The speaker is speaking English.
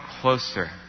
closer